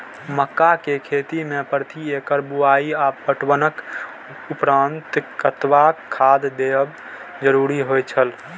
मक्का के खेती में प्रति एकड़ बुआई आ पटवनक उपरांत कतबाक खाद देयब जरुरी होय छल?